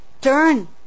turn